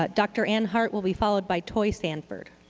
but dr. anne hart will be followed by toy sanford.